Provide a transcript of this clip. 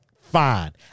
Fine